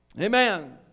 Amen